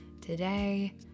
today